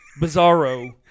bizarro